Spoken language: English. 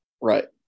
Right